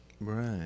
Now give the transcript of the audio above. Right